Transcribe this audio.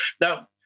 Now